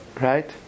Right